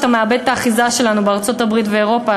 כשאתה מאבד את האחיזה שלנו בארצות-הברית ובאירופה,